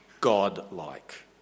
God-like